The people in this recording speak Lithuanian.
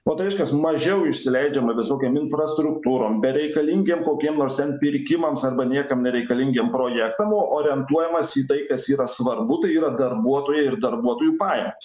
o tai reiškias mažiau išsileidžiama visokiom infrastruktūrom bereikalingiem kokiem nors ten pirkimams arba niekam nereikalingiem projektam o orientuojamasi į tai kas yra svarbu tai yra darbuotojai ir darbuotojų pajamos